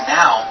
now